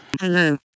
hello